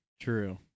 True